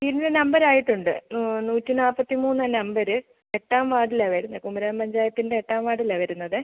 വീടിന് നമ്പര് ആയിട്ടുണ്ട് നൂറ്റി നാൽപ്പത്തി മൂന്ന് നമ്പര് എട്ടാം വാർഡിലാണ് വെരുന്നേ കുമരകം പഞ്ചായത്തിൻ്റെ എട്ടാം വാർഡിലാണ് വെരുന്നതേ